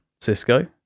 Cisco